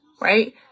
right